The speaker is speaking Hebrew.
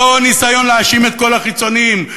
אותו ניסיון להאשים את כל החיצוניים,